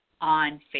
on